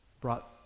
brought